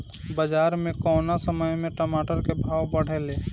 बाजार मे कौना समय मे टमाटर के भाव बढ़ेले?